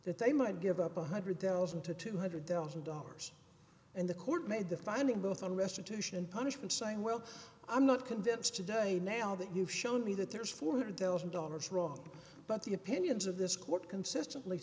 that they might give up one hundred thousand to two hundred thousand dollars and the court made the finding both on restitution and punishment saying well i'm not convinced today now that you've shown me that there's four hundred thousand dollars wrong but the opinions of this court consistently